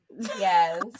Yes